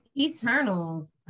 eternals